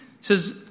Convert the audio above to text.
says